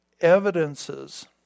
evidences